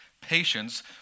patience